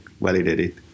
validated